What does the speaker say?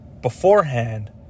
beforehand